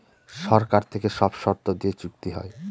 সরকার থেকে সব শর্ত দিয়ে চুক্তি হয়